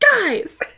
guys